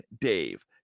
Dave